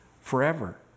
forever